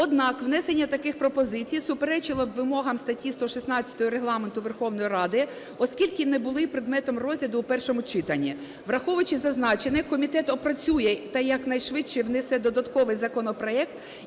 Однак внесення таких пропозицій суперечило б вимогам статті 116 Регламенту Верховної Ради, оскільки не були предметом розгляду в першому читанні. Враховуючи зазначене, комітет опрацює та якнайшвидше внесе додатковий законопроект,